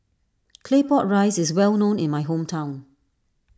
Claypot Rice is well known in my hometown